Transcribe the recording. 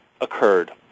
occurred